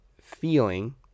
feeling